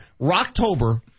Rocktober